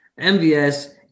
MVS